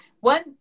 one